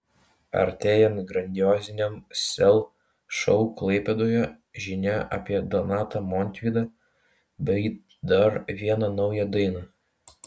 artėjant grandioziniam sel šou klaipėdoje žinia apie donatą montvydą bei dar vieną naują dainą